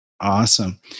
Awesome